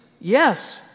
yes